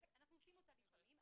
אנחנו לוקחים אותה לפעמים,